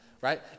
right